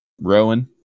Rowan